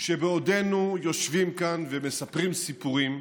שבעודנו יושבים כאן ומספרים סיפורים,